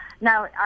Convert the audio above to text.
now